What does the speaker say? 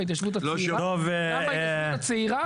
בהתיישבות הצעירה?